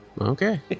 okay